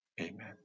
Amen